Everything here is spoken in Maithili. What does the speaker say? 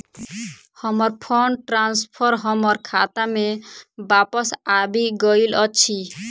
हमर फंड ट्रांसफर हमर खाता मे बापस आबि गइल अछि